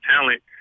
talent